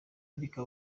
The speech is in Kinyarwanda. ariko